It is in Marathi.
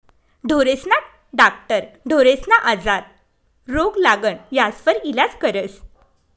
ढोरेस्ना डाक्टर ढोरेस्ना आजार, रोग, लागण यास्वर इलाज करस